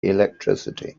electricity